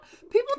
People